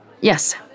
Yes